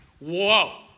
Whoa